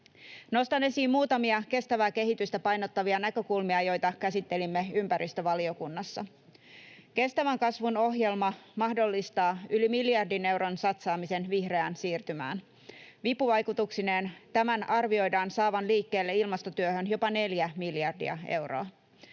Nostan esiin muutamia kestävää kehitystä painottavia näkökulmia, joita käsittelimme ympäristövaliokunnassa. Kestävän kasvun ohjelma mahdollistaa yli miljardin euron satsaamisen vihreään siirtymään. Vipuvaikutuksineen tämän arvioidaan saavan liikkeelle ilmastotyöhön jopa 4 miljardia euroa.